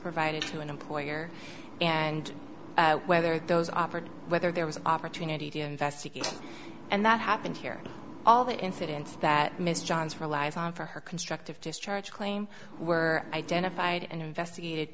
provided to an employer and whether those offered whether there was an opportunity to investigate and that happened here all the incidents that mr johns for lives on for her constructive just church claim were identified and investigated